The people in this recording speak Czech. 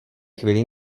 chvíli